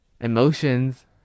emotions